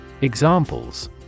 Examples